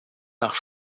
nach